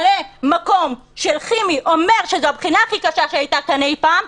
ממלא-מקום של חימי אומר שזאת הבחינה הכי קשה שהייתה כאן אי-פעם,